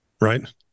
right